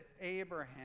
Abraham